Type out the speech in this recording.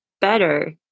better